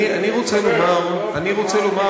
--- אני רוצה לומר,